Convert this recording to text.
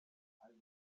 also